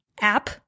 app